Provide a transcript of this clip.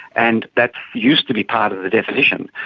and that used to be part of the definition.